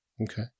Okay